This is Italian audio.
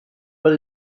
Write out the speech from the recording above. per